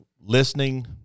listening